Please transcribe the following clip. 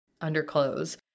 underclothes